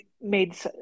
made